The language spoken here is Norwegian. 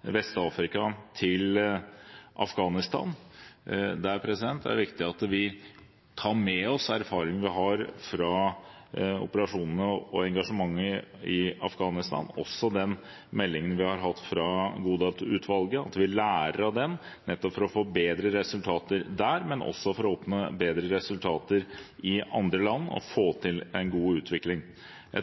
Vest-Afrika til Afghanistan. Der er det viktig at vi tar med oss erfaringene vi har fra operasjonene og engasjementet i Afghanistan, og rapporten vi har fått fra Godal-utvalget, at vi lærer av den, nettopp for å få bedre resultater der, men også for å oppnå bedre resultater i andre land og få til en